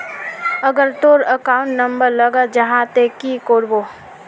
अगर तोर account number गलत जाहा ते की करबो?